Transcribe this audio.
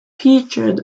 featured